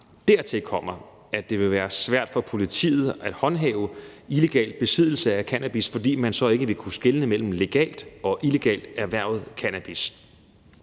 Dertil kommer, at det vil være svært for politiet at håndhæve illegal besiddelse af cannabis, fordi man så ikke vil kunne skelne mellem legalt og illegalt erhvervet cannabis.